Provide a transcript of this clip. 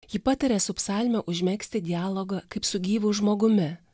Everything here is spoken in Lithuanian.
ji pataria su psalme užmegzti dialogą kaip su gyvu žmogumi